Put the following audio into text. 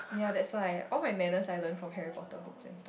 ya that's why all my manners I learn from Harry-Potter books and stuff